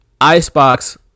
Icebox